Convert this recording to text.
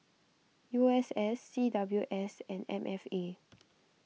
U S S C W S and M F A